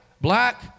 black